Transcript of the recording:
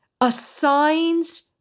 assigns